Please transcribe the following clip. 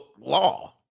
law